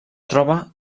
troba